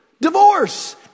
divorce